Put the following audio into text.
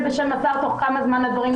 בשם השר תוך כמה זמן הדברים יקרו.